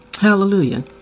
Hallelujah